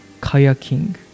kayaking